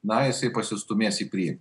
na jisai pasistūmės į priekį